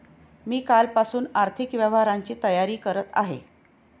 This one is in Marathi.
मी कालपासून आर्थिक व्यवहारांची तयारी करत आहे